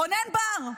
רונן בר.